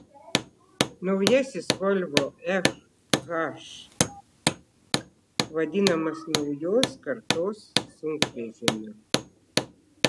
naujasis volvo fh vadinamas naujos kartos sunkvežimiu